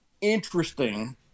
interesting